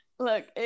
Look